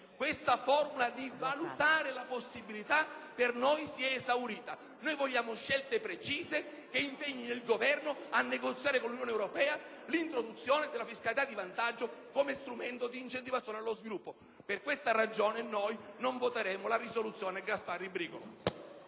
Questa formula - «valutare la possibilità» - per noi si è esaurita. Vogliamo scelte precise che impegnino il Governo a negoziare con l'Unione europea l'introduzione della fiscalità di vantaggio come strumento di incentivazione allo sviluppo. Per questa ragione, noi non voteremo la proposta di risoluzione Gasparri,